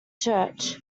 church